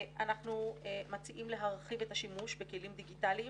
אנחנו מציעים להרחיב את השימוש בכלים דיגיטליים,